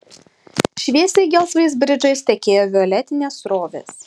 šviesiai gelsvais bridžais tekėjo violetinės srovės